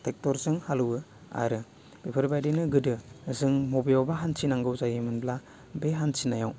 टेक्टरजों हालौवो आरो बेफोरबायदिनो गोदो जों बबेयावबा हान्थिनांगौ जायोमोनब्ला बे हान्थिनायाव